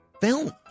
films